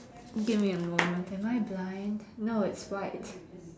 give me a moment am I blind no it's white